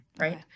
right